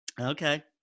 Okay